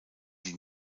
die